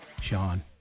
Sean